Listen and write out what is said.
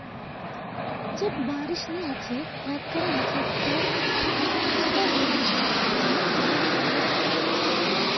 जब बारिश नी हछेक या कम हछेक तंए किसानक दुसरा जगह स पानीर जुगाड़ करवा हछेक